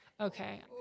okay